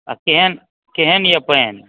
आ केहन केहन यऽ पानि